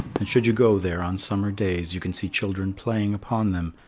and should you go there, on summer days you can see children playing upon them,